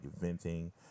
venting